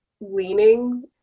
leaning